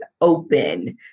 open